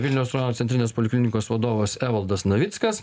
vilniaus centrinės poliklinikos vadovas evaldas navickas